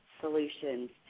solutions